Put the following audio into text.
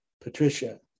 Patricia